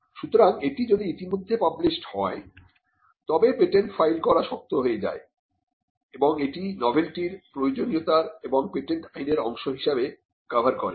সুতরাং এটি যদি ইতিমধ্যে পাবলিশড হয় তবে পেটেন্ট ফাইল করা শক্ত হয়ে যায় এবং এটিই নভেলটির প্রয়োজনীয়তার এবং পেটেন্ট আইনের অংশ হিসাবে কভার করে